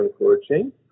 encouraging